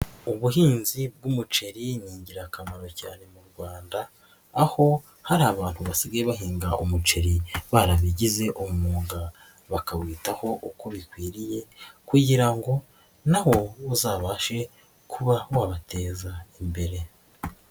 Ubuhinzi bw'umuceri ni ingirakamaro cyane mu Rwanda, aho hari abantu basigaye bahinga umuceri barabigize umwuga. Bakawitaho uko bikwiriye kugira ngo na wo uzabashe kuba wabateza imbere.